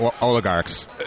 oligarchs